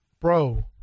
Bro